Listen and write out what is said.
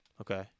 Okay